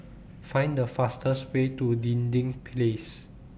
Find The fastest Way to Dinding Place